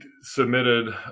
submitted